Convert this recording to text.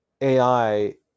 AI